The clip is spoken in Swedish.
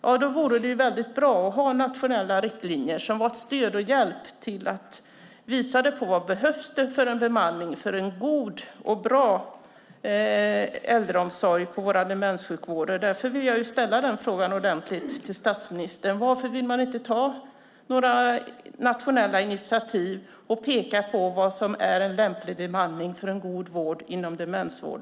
Ja, då vore det ju väldigt bra att ha nationella riktlinjer som stöd och hjälp som visar vad det behövs för bemanning för en god och bra äldreomsorg i vår demenssjukvård. Därför vill jag ställa den frågan ordentligt till statsrådet: Varför vill man inte ta några nationella initiativ och peka på vad som är en lämplig bemanning för en god demensvård?